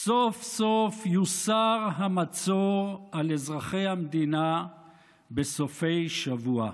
סוף-סוף יוסר המצור על אזרחי המדינה בסופי שבוע.